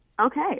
Okay